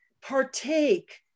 partake